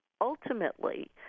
Ultimately